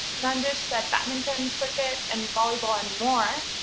nandish said badminton, cricket, and volleyball and more!